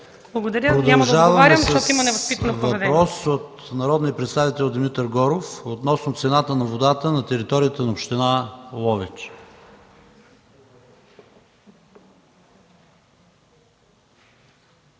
Продължаваме с въпрос от народния представител Димитър Горов относно цената на водата на територията на община Ловеч.